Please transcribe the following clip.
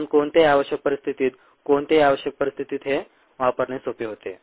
म्हणून कोणत्याही आवश्यक परिस्थितीत कोणत्याही आवश्यक परिस्थितीत हे वापरणे सोपे होते